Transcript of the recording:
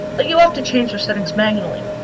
that you'll have to change their settings manually.